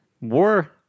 war